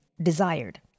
desired